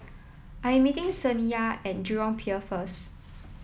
I am meeting Saniya at Jurong Pier first